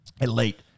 elite